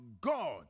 God